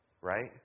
right